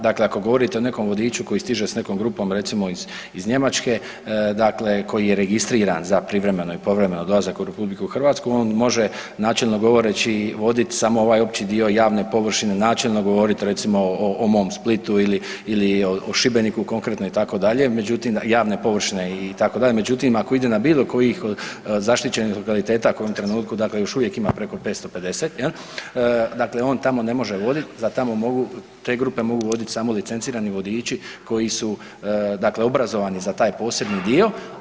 Dakle, ako govorite o nekom vodiču koji stiže s nekom grupom, recimo iz Njemačke, dakle koji je registriran za privremeno i povremeno dolazak u RH on može načelno govoreći vodit samo ovaj opći dio javne površine, načelno govoriti recimo o mom Splitu ili o Šibeniku konkretno itd., međutim javne površine itd., međutim ako ide na bilo koji od zaštićenih lokaliteta kojih u ovom trenutku ima još uvijek preko 550 jel, dakle on tamo ne može vodit, za tamo mogu te grupe mogu voditi samo licencirani vodiči koji su obrazovani za taj posebni dio.